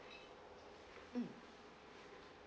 mm